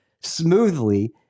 smoothly